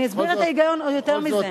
אני אסביר את ההיגיון עוד יותר מזה.